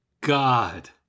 God